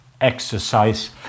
exercise